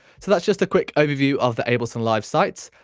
so that's just a quick overview of the ableton live site.